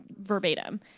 verbatim